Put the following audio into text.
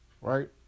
right